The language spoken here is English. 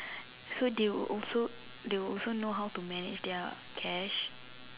so they would also they would also know how manage their manage their cash